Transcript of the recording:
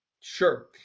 Sure